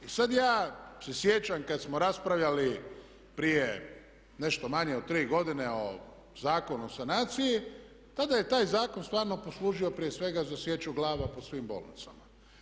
I sad ja se sjećam kad smo raspravljali prije nešto manje od 3 godine o Zakonu o sanaciji tada je taj zakon stvarno poslužio prije svega za sječu glava po svim bolnicama.